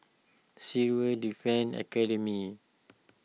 Civil Defence Academy